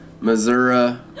Missouri